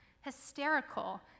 hysterical